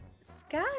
Sky